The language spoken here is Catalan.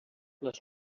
les